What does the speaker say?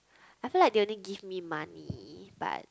I feel like they only give me money but